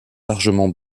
largement